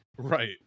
right